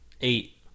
Eight